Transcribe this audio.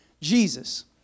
Jesus